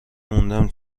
موندم